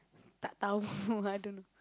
tak tahu I don't know